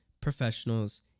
professionals